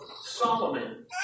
Solomon